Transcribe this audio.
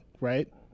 right